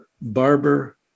barber